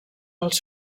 els